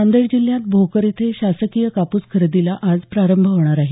नांदेड जिल्ह्यात भोकर इथे शासकीय कापूस खरेदीला आज प्रारंभ होणार आहे